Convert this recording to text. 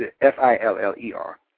F-I-L-L-E-R